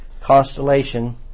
constellation